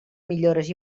millores